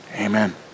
amen